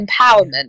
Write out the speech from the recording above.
Empowerment